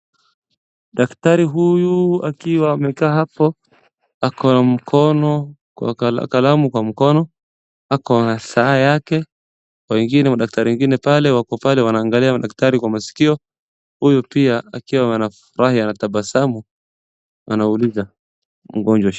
daktari huyu akiwa amekaa hapo akona kalamu kwa mkono akona saa yake madaktari wengine wako pale wanaangalia madaktari kwa maskio huyu pia akiwa anafurahi anatabasamu anauliza mgonjwa shida yake